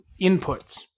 inputs